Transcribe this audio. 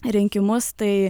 rinkimus tai